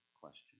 question